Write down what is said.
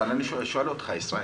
אבל אני שואל אותך, ישראל